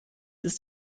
ist